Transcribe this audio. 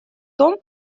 том